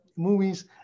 Movies